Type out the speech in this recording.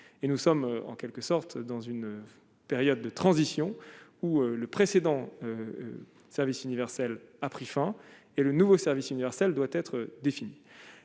et nous sommes en quelque sorte, dans une période de transition où le précédent service universel a pris fin et le nouveau service universel doit être défini